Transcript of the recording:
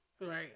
Right